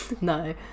No